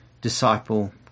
Disciple